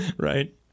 Right